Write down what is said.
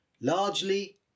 largely